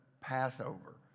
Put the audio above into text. Passover